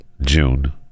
June